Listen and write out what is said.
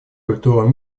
культуру